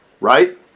Right